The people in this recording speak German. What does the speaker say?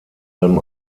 allem